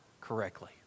correctly